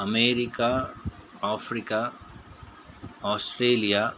America Africa Australia